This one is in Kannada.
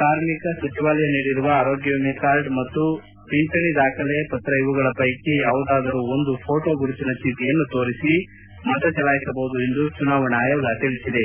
ಕಾರ್ಮಿಕ ಸಚಿವಾಲಯ ನೀಡಿರುವ ಆರೋಗ್ಯ ವಿಮೆ ಕಾರ್ಡ್ ಮತ್ತು ಪಿಂಚಣಿ ದಾಖಲೆ ಪತ್ರ ಇವುಗಳ ಪೈಕಿ ಯಾವುದಾದರು ಒಂದು ಫೋಟೋ ಗುರುತಿನ ಚೀಟಿಯನ್ನು ತೋರಿಸಿ ಮತಚಲಾಯಿಸಬಹುದು ಎಂದು ಚುನಾವಣಾ ಆಯೋಗ ಹೇಳಿದೆ